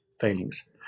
failings